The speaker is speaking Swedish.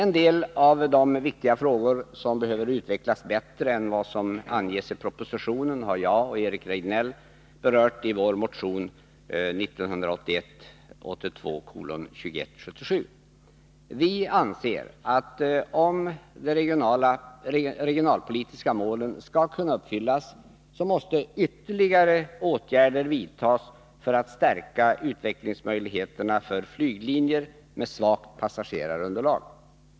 Några av de viktiga frågor som behöver utvecklas bättre än vad som anges i propositionen har jag och Eric Rejdnell berört i vår motion 1981/82:2177. Vi anser att om de regionalpolitiska målen skall kunna uppfyllas, måste ytterligare åtgärder vidtas för att stärka utvecklingsmöjligheterna för flyglinjer med svagt passagerarunderlag.